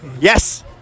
Yes